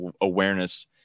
awareness